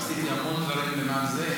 עשיתי המון דברים למען זה.